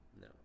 no